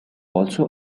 also